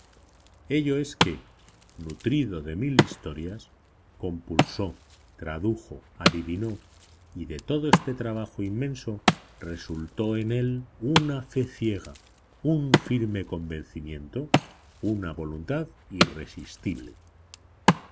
ello es que nutrido de mil historias compulsó tradujo adivinó y de todo este trabajo inmenso resultó en él una fe ciega un firme convencimiento una voluntad irresistible